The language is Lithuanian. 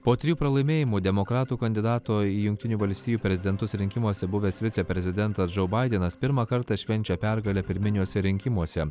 po trijų pralaimėjimų demokratų kandidato į jungtinių valstijų prezidentus rinkimuose buvęs viceprezidentas džou baidenas pirmą kartą švenčia pergalę pirminiuose rinkimuose